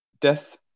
death